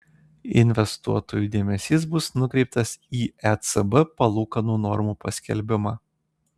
investuotojų dėmesys bus nukreiptas į ecb palūkanų normų paskelbimą